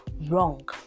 wrong